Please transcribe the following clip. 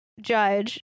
judge